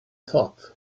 thought